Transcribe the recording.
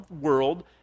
world